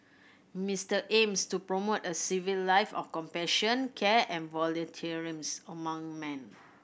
Mister aims to promote a civic life of compassion care and volunteer amongst man